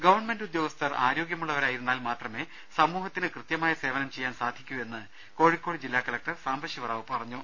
government ഉദ്യോഗസ്ഥർ ആരോഗൃമുള്ളവരായി രുന്നാൽ മാത്രമേ സമൂഹത്തിന് കൃത്യമായി സേവനം ചെയ്യാൻ സാധിക്കൂ എന്ന് കോഴിക്കോട് ജില്ലാ കലക്ടർ സാംബശിവ റാവു പറഞ്ഞു